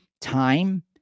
time